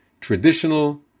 traditional